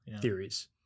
theories